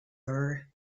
are